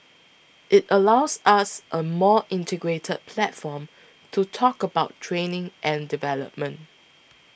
it allows us a more integrated platform to talk about training and development